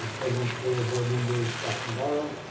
president fluor, board members, dr. navarro.